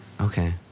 okay